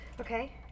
Okay